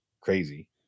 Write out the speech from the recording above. crazy